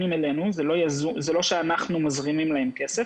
זה לא שאנחנו מזרימים אליהם כסף.